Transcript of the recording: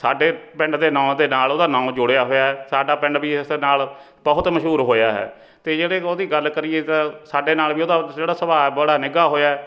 ਸਾਡੇ ਪਿੰਡ ਦੇ ਨਾਂ ਦੇ ਨਾਲ ਉਹਦਾ ਨਾਂ ਜੋੜਿਆ ਹੋਇਆ ਸਾਡਾ ਪਿੰਡ ਵੀ ਇਸ ਨਾਲ ਬਹੁਤ ਮਸ਼ਹੂਰ ਹੋਇਆ ਹੈ ਅਤੇ ਜਿਹੜੇ ਉਹਦੀ ਗੱਲ ਕਰੀਏ ਤਾਂ ਸਾਡੇ ਨਾਲ ਵੀ ਉਹਦਾ ਜਿਹੜਾ ਸੁਭਾਅ ਬੜਾ ਨਿੱਘਾ ਹੋਇਆ